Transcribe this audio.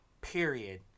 Period